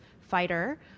fighter